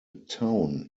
town